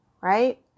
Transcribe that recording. right